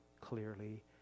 clearly